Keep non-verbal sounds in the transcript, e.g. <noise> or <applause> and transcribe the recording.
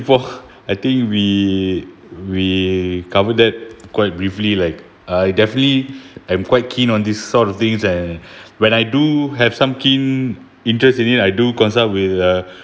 before I think we we covered that quite briefly like I definitely am quite keen on this sort of things and <breath> when I do have some keen interest in it I do consult with a